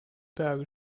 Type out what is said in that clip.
berge